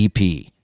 EP